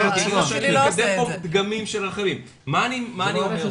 מה אני אומר?